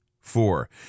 Four